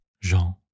Jean